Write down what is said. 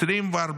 24